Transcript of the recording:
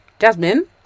jasmine